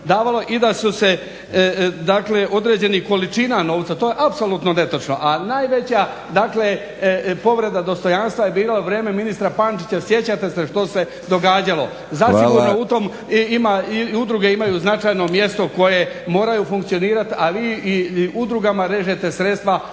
da su se dakle određenih količina novca, to je apsolutno netočno. A najveća povreda dostojanstva je bilo u vrijeme ministra Pančića sjećate se što se događalo. … /Upadica: Hvala./ … Zasigurno u tom i udruge imaju značajno mjesto koje moraju funkcionirati, a vi i udrugama režete sredstva